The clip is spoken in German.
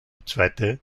zweite